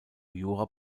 jura